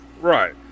Right